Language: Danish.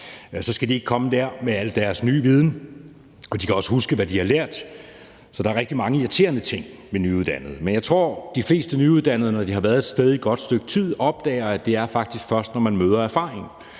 Så skal de ikke komme dér med al deres nye viden, og de kan også huske, hvad de har lært. Så der er rigtig mange irriterende ting ved nyuddannede. Men jeg tror, at de fleste nyuddannede, når de har været et sted et godt stykke tid, opdager, at det faktisk først er, når man møder erfaring